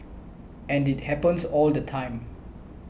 and it happens all the time